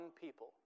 people